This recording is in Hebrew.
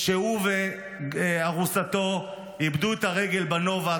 שהוא וארוסתו איבדו את הרגל בנובה.